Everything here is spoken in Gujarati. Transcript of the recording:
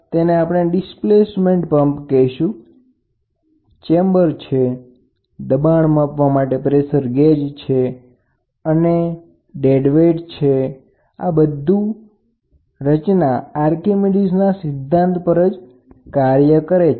તો પ્લનજર અથવા ડિસ્પ્લેસમેન્ટ પંપ ત્યાં છે અહી વજન સંતુલિત છે અને આપણે ગેજને માપવાનો પ્રયત્ન કરી રહ્યા છીએ તે આર્કિમીડીઝના સિદ્ધાંત પર કાર્ય કરે છે